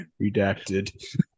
Redacted